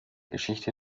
geschichte